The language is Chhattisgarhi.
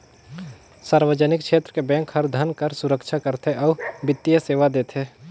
सार्वजनिक छेत्र के बेंक हर धन कर सुरक्छा करथे अउ बित्तीय सेवा देथे